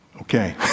okay